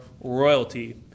royalty